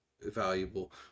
valuable